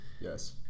Yes